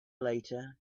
later